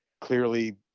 clearly